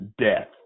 death